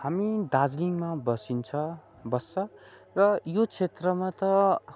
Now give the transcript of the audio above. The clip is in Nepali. हामी दार्जिलिङमा बसिन्छ बस्छ र यो क्षेत्रमा त